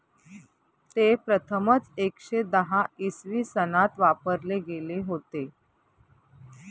ते प्रथमच एकशे दहा इसवी सनात वापरले गेले होते